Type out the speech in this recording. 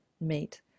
meet